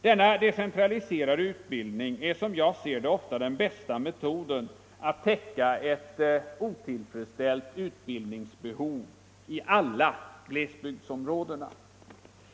Denna decentraliserade utbildning är, som jag ser det, ofta den bästa metoden att täcka ett otillfredsställt utbildningsbehov i alla glesbygdsområden.